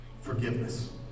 forgiveness